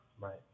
Right